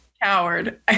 coward